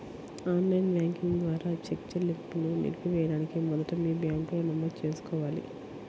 on line banking ద్వారా చెక్ చెల్లింపును నిలిపివేయడానికి మొదట మీ బ్యాంకులో నమోదు చేసుకోవాలి